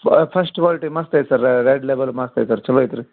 ಫ first quality ಮಸ್ತ್ ಐತೆ ಸರ ರೆಡ್ ಲೇಬಲ್ ಮಸ್ತ್ ಐತೆ ಚಲೋ ಐತ್ರಿ